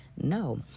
no